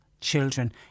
children